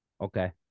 okay